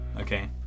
okay